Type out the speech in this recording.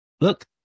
look